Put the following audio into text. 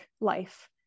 life